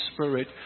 Spirit